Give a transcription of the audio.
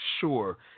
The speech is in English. sure